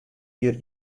jier